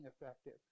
effective